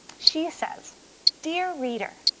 she says dear reader,